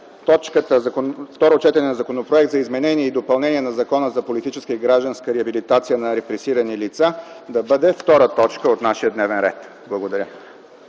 второто четене на Законопроекта за изменение и допълнение на Закона за политическа и гражданска реабилитация на репресирани лица да бъде втора точка от нашия дневен ред. Благодаря.